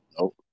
Nope